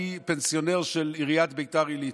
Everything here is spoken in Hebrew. אני פנסיונר של עיריית ביתר עילית,